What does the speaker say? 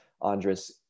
Andres